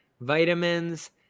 vitamins